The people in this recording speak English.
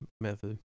method